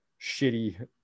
shitty